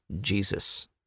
Jesus